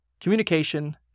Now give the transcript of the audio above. communication